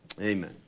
Amen